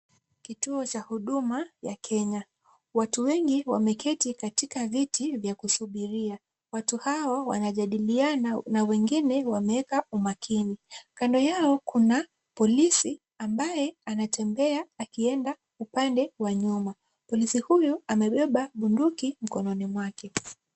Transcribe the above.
Kituo cha huduma ya Kenya, watu wengi wameketi katika viti vya kusubiria. Watu hao wanajadiliana na wengine wameeka umakini ,kando yao kuna polisi ambaye anatembea akienda upande wa nyuma. Polisi huyu amebeba bunduki mkononi mwake.